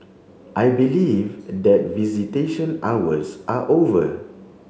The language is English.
I believe that visitation hours are over